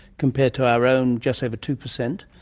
compared to our own just over two percent,